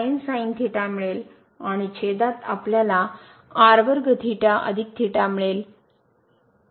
तर मिळेल आणि छेदात आपल्याला मिळेल